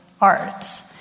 arts